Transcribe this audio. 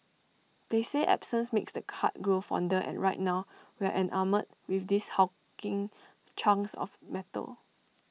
they say absence makes the heart grow fonder and right now we are enamoured with these hulking chunks of metal